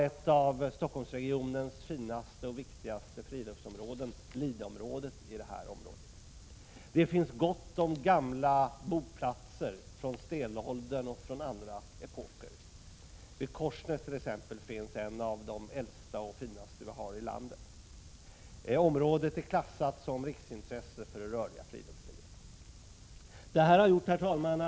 Ett av Stockholmsregionens finaste friluftsområden, Lida, ligger här. Det finns gott om gamla boplatser från stenåldern och från andra epoker. Vid Korsnäs finns t.ex. en av de äldsta och finaste i landet. Området är klassat som riksintresse för det rörliga friluftslivet. Herr talman!